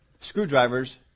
screwdrivers